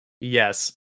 Yes